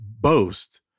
boast